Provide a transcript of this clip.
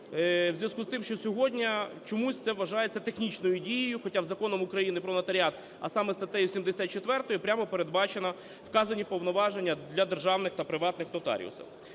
у зв'язку з тим, що сьогодні чомусь це вважається технічною дією, хоча Законом України "Про нотаріат", а саме статтею 74, прямо передбачено вказані повноваження для державних та приватних нотаріусів.